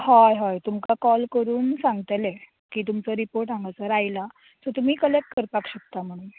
हयहय तुमका कॉल करून सांगतले की तुमचो रिपोर्ट हांगासर आयलां सो तुमी कलेक्ट करपाक शकता म्हणून